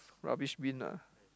rubbish bin ah